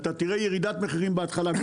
יגרום לך לירידת מחירים גדולה בהתחלה,